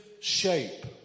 shape